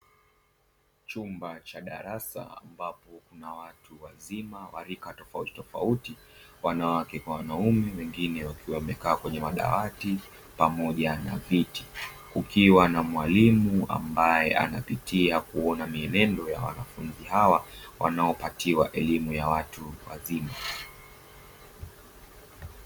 Chumba cha darasa ambapo kuna watu wazima wa rika tofauti tofauti, wanawake kwa wanaume wengine wakiwa wamekaa kwenye madawati pamoja na viti, kukiwa na mwalimu ambaye anapitia kuona mienendo ya wanafunzi hawa wanaopatiwa elimu ya watu wazima.